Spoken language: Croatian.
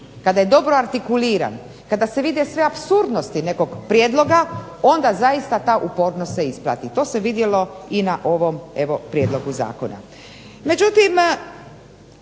kada je dobro artikuliran, kada se vide sve apsurdnosti nekog prijedloga, onda zaista ta upornost se isplati. To se vidjelo i na ovom prijedlogu zakona.